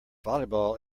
volleyball